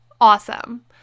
Awesome